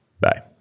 Bye